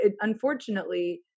Unfortunately